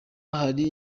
hari